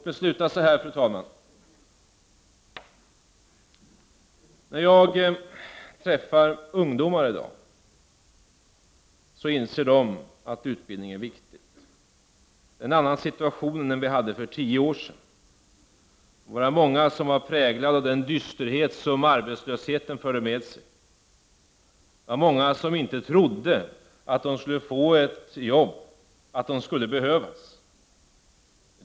Låt mig sluta mitt anförande så här: När jag träffar ungdomar i dag, finner jag att de inser att utbildningen är viktig. Det är en annan situation än vi hade för tio år sedan. Då var många präglade av den dysterhet som arbetslösheten förde med sig. Det var många som inte trodde att de skulle få ett jobb, att de skulle behövas.